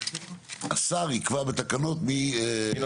השר יקבע בתקנות מי.